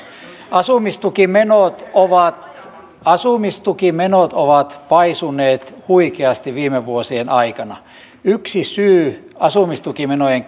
asumistukimenot ovat asumistukimenot ovat paisuneet huikeasti viime vuosien aikana yksi syy asumistukimenojen